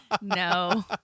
No